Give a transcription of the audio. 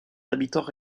habitants